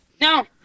No